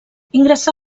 ingressà